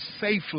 safely